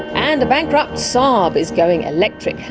and a bankrupt saab is going electric.